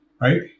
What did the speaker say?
Right